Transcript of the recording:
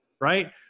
right